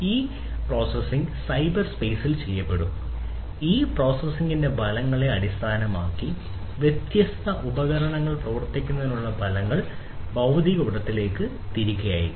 ഈ processing cyber സ്പെയ്സിൽ ചെയ്യപ്പെടും ഈ പ്രോസസ്സിംഗിന്റെ ഫലങ്ങളെ അടിസ്ഥാനമാക്കി വ്യത്യസ്ത ഉപകരണങ്ങൾ പ്രവർത്തിപ്പിക്കുന്നതിനുള്ള ഫലങ്ങൾ ഭൌതിക ഇടത്തിലേക്ക് തിരികെ അയയ്ക്കും